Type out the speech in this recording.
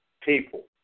people